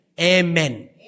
Amen